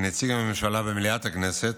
כנציג הממשלה במליאת הכנסת,